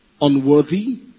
Unworthy